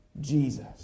Jesus